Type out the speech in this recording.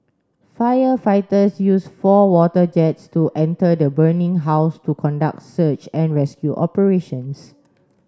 firefighters used four water jets to enter the burning house to conduct search and rescue operations